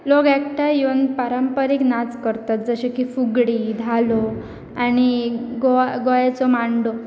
लोक एकठांय येवन पारंपारीक नाच करतात जशे की फुगडी धालो आनी गो गोंयाचो मांडो